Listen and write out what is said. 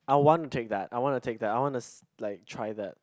I want to take that I want to take that I want to s~ like try that